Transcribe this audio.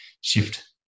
shift